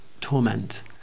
torment